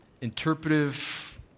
interpretive